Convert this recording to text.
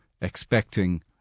expecting